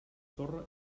sorra